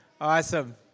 Awesome